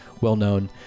well-known